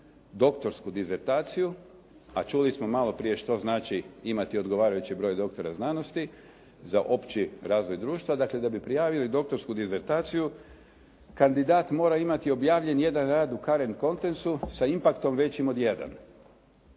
doktorsku dizertaciju, a čuli smo malo prije što znači imati odgovarajući broj doktora znanosti za opći razvoj društva, dakle da bi prijavili doktorsku dizertaciju kandidat mora imati objavljen jedan rad u … /Govornik se ne razumije./ … sa impaktom većim od 1.